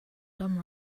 dumb